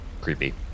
Creepy